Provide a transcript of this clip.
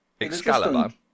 Excalibur